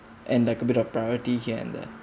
and like a bit of priority here and there